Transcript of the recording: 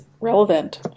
relevant